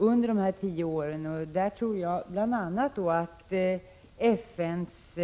Jag tror att FN:s